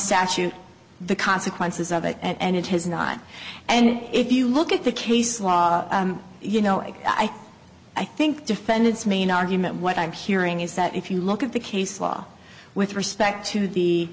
statute the consequences of it and it has not and if you look at the case law you know i think i think defend its main argument what i'm hearing is that if you look at the case law with respect to the